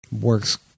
Works